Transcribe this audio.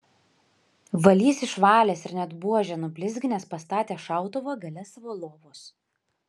valys išvalęs ir net buožę nublizginęs pastatė šautuvą gale savo lovos